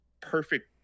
perfect